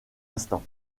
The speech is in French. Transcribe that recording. instant